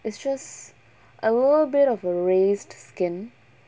it's just a little bit of a raised skin